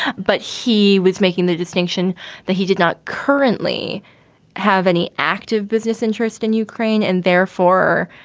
but he was making the distinction that he did not currently have any active business interest in ukraine. and therefore,